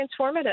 transformative